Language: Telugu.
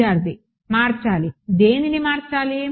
విద్యార్ధి మార్చాలి దేనిని మార్చాలి